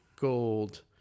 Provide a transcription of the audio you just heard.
gold